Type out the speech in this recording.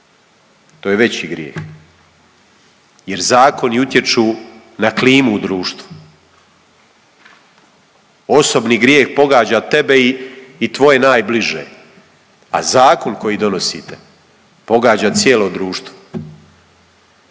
to je veći grijeh jer zakoni utječu na klimu u društvu. Osobni grijeh pogađa tebe i tvoje najbliže, a zakon koji donosite pogađa cijelo društvo.